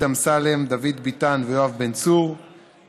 רצית הודעה שאינה מצריכה הצבעה?